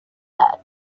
that